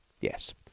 yes